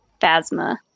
Phasma